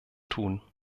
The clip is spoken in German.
tun